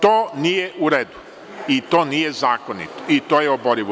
To nije u redu, to nije zakonito i to je oborivo.